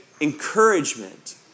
encouragement